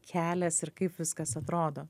kelias ir kaip viskas atrodo